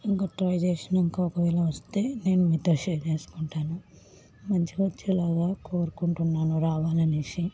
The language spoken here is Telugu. ఇంక ట్రై చేసినాక ఒకవేళ వస్తే నేను మీతో షేర్ చేసుకుంటాను మంచిగా వచ్చేలాగా కోరుకుంటున్నాను రావాలనేసి